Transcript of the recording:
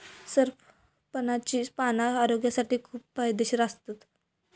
सरपणाची पाना आरोग्यासाठी खूप फायदेशीर असतत